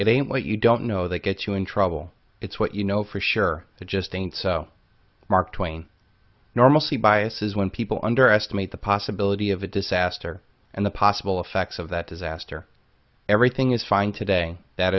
it ain't what you don't know that gets you in trouble it's what you know for sure just ain't so mark twain normalcy bias is when people underestimate the possibility of a disaster and the possible effects of that disaster everything is fine today that